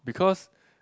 because